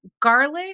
garlic